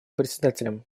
председателем